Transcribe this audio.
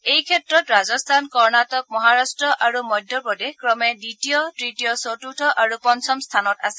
এই ক্ষেত্ৰত ৰাজস্থান কৰ্ণাটক মহাৰাট্ট আৰু মধ্যপ্ৰদেশ ক্ৰমে দ্বিতীয় তৃতীয় চতুৰ্থ আৰু পঞ্চম স্থানত আছে